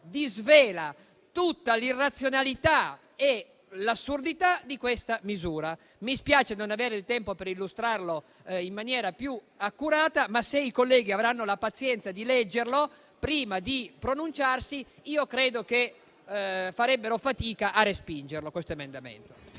disvela tutta l'irrazionalità e l'assurdità di questa misura. Mi spiace non avere il tempo per illustrarlo in maniera più accurata, ma, se i colleghi avranno la pazienza di leggerlo prima di pronunciarsi, credo che farebbero fatica a respingerlo.